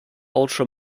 ultra